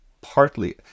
partly